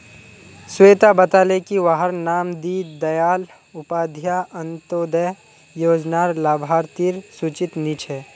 स्वेता बताले की वहार नाम दीं दयाल उपाध्याय अन्तोदय योज्नार लाभार्तिर सूचित नी छे